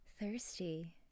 Thirsty